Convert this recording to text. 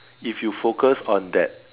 if you focus on that